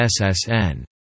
SSN